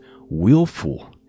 willful